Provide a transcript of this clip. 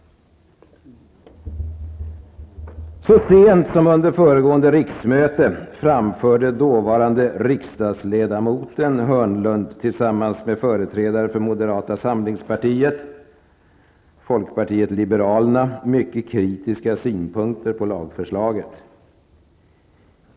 Så sent som under föregående riksmöte framförde dåvarande riksdagsledamoten Hörnlund tillsammans med företrädare för moderata samlingspartiet och folkpartiet liberalerna mycket kritiska synpunkter på lagförslaget.